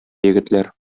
егетләр